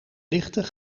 lichten